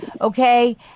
okay